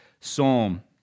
psalm